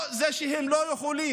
זה לא שהם לא יכולים.